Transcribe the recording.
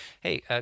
hey